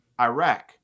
Iraq